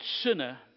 sinner